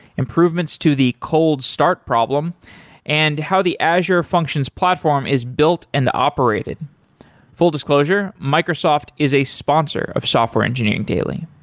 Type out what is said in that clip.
improvements to the code-start problem and how the azure functions platform is built and operated full disclosure, microsoft is a sponsor of software engineering daily.